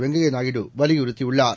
வெங்கைய நாயுடு வலியுறுத்தியுள்ளார்